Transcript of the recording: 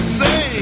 say